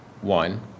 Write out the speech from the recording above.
one